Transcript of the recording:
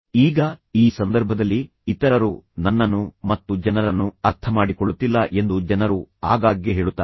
ಈಗ ಈ ಸಂದರ್ಭದಲ್ಲಿ ಇತರರು ನನ್ನನ್ನು ಮತ್ತು ಜನರನ್ನು ಅರ್ಥಮಾಡಿಕೊಳ್ಳುತ್ತಿಲ್ಲ ಎಂದು ಜನರು ಆಗಾಗ್ಗೆ ಹೇಳುತ್ತಾರೆ